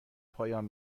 پایان